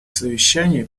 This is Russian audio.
совещания